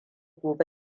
gobe